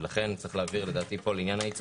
לכן לדעתי צריך להבהיר כאן לעניין הייצוא